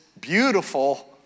beautiful